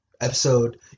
episode